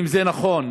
אם זה נכון,